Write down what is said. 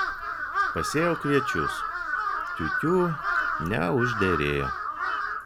pasėjau kviečius tiu tiū neužderėjo